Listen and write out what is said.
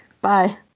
Bye